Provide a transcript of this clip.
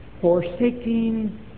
forsaking